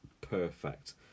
perfect